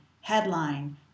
Headline